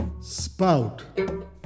Spout